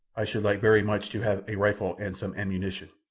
i should like very much to have a rifle and some ammunition.